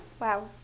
Wow